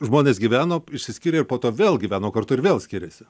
žmonės gyveno išsiskyrė ir po to vėl gyveno kartu ir vėl skiriasi